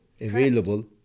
available